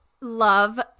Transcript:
love –